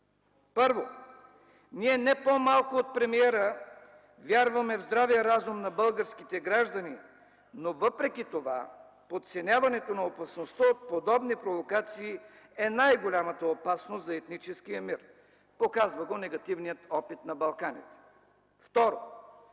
Първо, ние не по-малко от премиера вярваме в здравия разум на българските граждани, но въпреки това подценяването на опасността от подобни провокации е най-голямата опасност за етническия мир! Показва го негативният опит на Балканите. Второ,